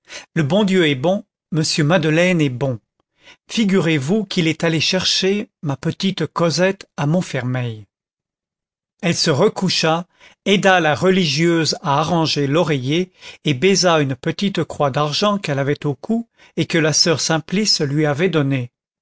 le bon dieu est bon monsieur madeleine est bon figurez-vous qu'il est allé chercher ma petite cosette à montfermeil elle se recoucha aida la religieuse à arranger l'oreiller et baisa une petite croix d'argent qu'elle avait au cou et que la soeur simplice lui avait donnée